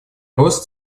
рост